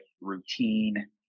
routine